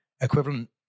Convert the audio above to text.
equivalent